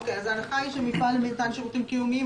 אז ההנחה היא ש"מפעל למתן שירותים קיומיים",